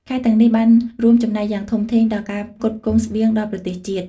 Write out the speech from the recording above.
ខេត្តទាំងនេះ បានរួមចំណែកយ៉ាងធំធេងដល់ការផ្គត់ផ្គង់ស្បៀងដល់ប្រទេសជាតិ។